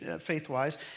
faith-wise